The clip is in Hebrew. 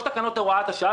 לא תקנות הוראת השעה,